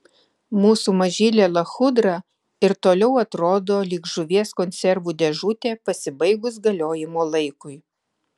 mūsų mažylė lachudra ir toliau atrodo lyg žuvies konservų dėžutė pasibaigus galiojimo laikui